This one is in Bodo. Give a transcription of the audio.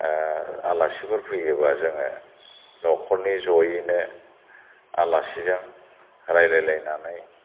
आलासिफोर फैयोबा जोङो न'खरनि ज'यैनो आलासिजों रायज्लाय लायनानै